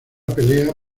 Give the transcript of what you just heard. pelea